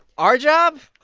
our job?